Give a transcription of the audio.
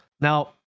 Now